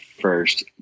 first